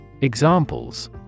Examples